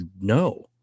no